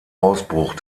ausbruch